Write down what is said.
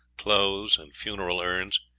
clothes, and funeral urns.